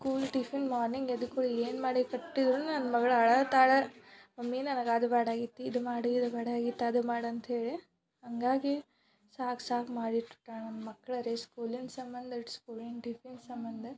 school tiffin morning ಎದ್ದ ಕೂಡಲೇ ಏನು ಮಾಡಿ ಕಟ್ಟಿದ್ರೂ ನನ್ನ ಮಗ್ಳು ಅಳುತ್ತಾಳೆ ಮಮ್ಮಿ ನನಗೆ ಅದು ಬ್ಯಾಡಾಗಿತ್ತು ಇದು ಮಾಡು ಇದು ಬ್ಯಾಡಾಗಿತ್ತು ಅದು ಮಾಡು ಅಂತ ಹೇಳಿ ಹಂಗಾಗಿ ಸಾಕು ಸಾಕು ಮಾಡಿಟ್ಬಿಟ್ಟಾಳೆ ನನ್ನ ಮಕ್ಕಳು ರೀ ಸ್ಕೂಲಿನ ಸಂಬಂಧ ಸ್ಕೂಲಿನ ಟಿಫಿನ್ ಸಂಬಂಧ